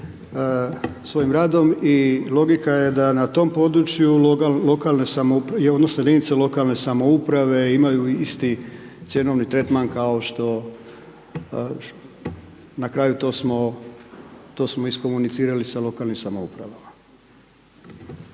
svojim radom i logika je da na tom području lokalne samouprave odnosno jedinica lokalne samouprave imaju isti cjenovni tretman kao što na kraju to smo iskomunicirali sa lokalnim samoupravama.